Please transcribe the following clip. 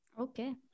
Okay